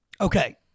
Okay